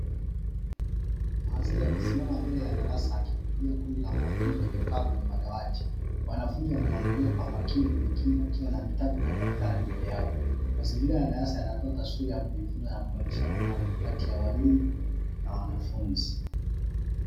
Mhadhiri amesimama mbele ya darasa akihutubia kundi la wanafunzi waliokaa kwenye madawati. Wanafunzi wanamwangalia kwa makini, wengine wakiwa na vitabu na madaftari mbele yao. Mazingira ya darasa yanatoa taswira ya kujifunza na kubadilishana maarifa kati ya walimu na wanafunzi.